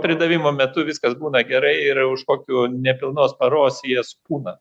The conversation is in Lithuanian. pridavimo metu viskas būna gerai ir už kokių nepilnos paros jie supūna